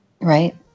right